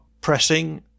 pressing